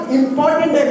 important